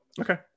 Okay